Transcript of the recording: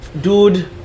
dude